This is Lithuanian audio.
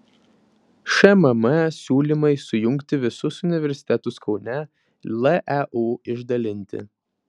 šmm siūlymai sujungti visus universitetus kaune leu išdalinti